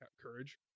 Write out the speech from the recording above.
Courage